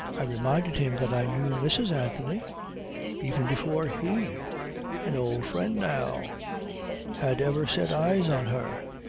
i reminded him that i knew mrs. anthony even before he an old friend now had ever set eyes on her.